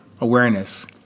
awareness